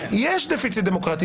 יש דפיציט דמוקרטי,